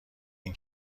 این